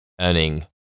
earning